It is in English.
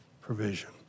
provision